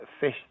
fish